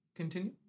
Continue